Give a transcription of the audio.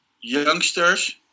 youngsters